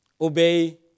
Obey